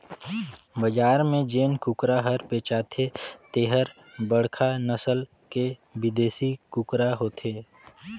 बजार में जेन कुकरा हर बेचाथे तेहर बड़खा नसल के बिदेसी कुकरा होथे